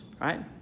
right